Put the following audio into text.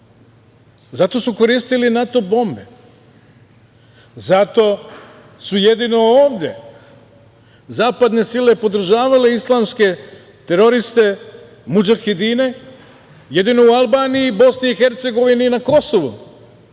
Zato su koristili NATO bombe. Zato su jedino ovde zapadne sile podržavale islamske teroriste, mudžahedine, jedino u Albaniji, Bosni i Hercegovini i na Kosovu,